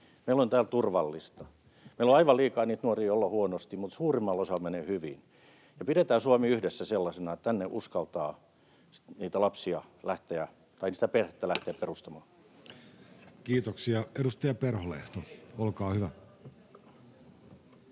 Meillä on täällä turvallista. Meillä on aivan liikaa niitä nuoria, joilla on huonosti, mutta suurimmalla osalla menee hyvin. Pidetään Suomi yhdessä sellaisena, että tänne uskaltaa perhettä lähteä perustamaan. [Speech 68] Speaker: Jussi Halla-aho